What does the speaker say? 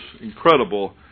incredible